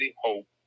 hope